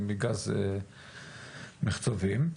מגז מחצבים.